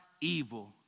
evil